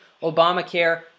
Obamacare